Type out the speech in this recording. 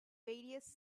various